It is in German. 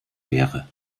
wäre